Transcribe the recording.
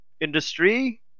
industry